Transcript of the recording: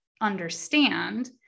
understand